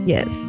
Yes